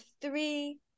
three